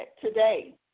today